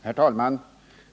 Herr talman!